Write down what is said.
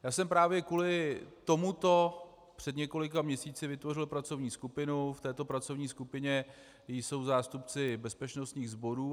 Já jsem právě kvůli tomuto před několika měsíci vytvořil pracovní skupinu, v této pracovní skupině jsou zástupci bezpečnostních sborů.